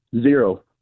Zero